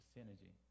Synergy